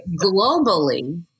globally